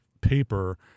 paper